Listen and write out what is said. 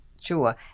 sure